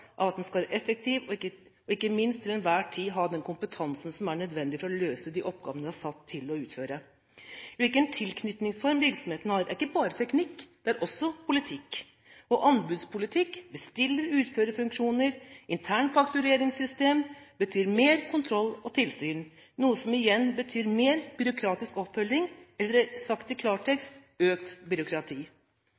av å være effektiv og ikke minst til enhver tid å ha den kompetansen som er nødvendig for å løse de oppgavene en er satt til å utføre. Hvilken tilknytningsform virksomheten har, er ikke bare teknikk, det er også politikk. Anbudspolitikk, bestiller- og utførerfunksjoner og internfaktureringssystemer betyr mer kontroll og tilsyn, noe som igjen betyr mer byråkratisk oppfølging, eller sagt i